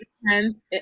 depends